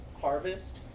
harvest